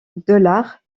dollars